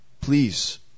please